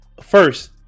First